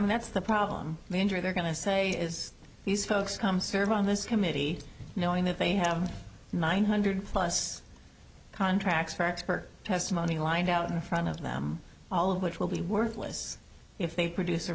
mean that's the problem when you're going to say is these folks come serve on this committee knowing that they have nine hundred plus contracts for expert testimony lined out in front of them all of which will be worthless if they produce a